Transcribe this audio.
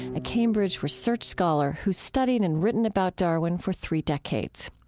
a cambridge research scholar who's studied and written about darwin for three decades.